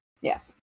Yes